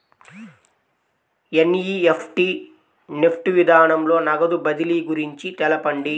NEFT NEFT విధానంలో నగదు బదిలీ గురించి తెలుపండి?